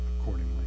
accordingly